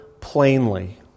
plainly